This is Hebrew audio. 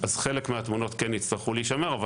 אז חלק מהתמונות כן יצטרכו להישמר אבל